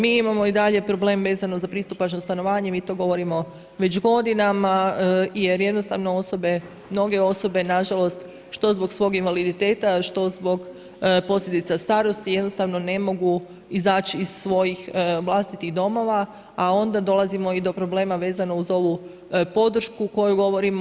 Mi imamo i dalje problem vezano za pristupačno stanovanje, mi to govorimo već godinama jer jednostavno osobe, mnoge osobe nažalost što zbog svog invaliditeta što zbog posljedica starosti jednostavno ne mogu izaći iz svojih vlastitih domova a onda dolazimo i do problema vezano uz ovu podršku koju govorimo.